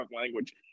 language